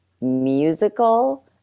musical